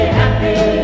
happy